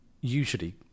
usually